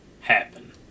happen